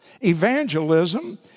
Evangelism